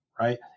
Right